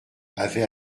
avait